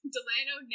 Delano